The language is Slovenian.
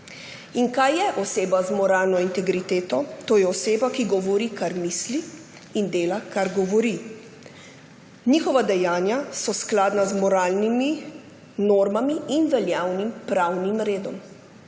In kaj je oseba z moralno integriteto? To je oseba, ki govori, kar misli, in dela, kar govori. Njihova dejanja so skladna z moralnimi normami in veljavnim pravnim redom.